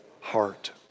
heart